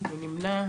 מי נמנע?